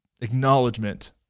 acknowledgement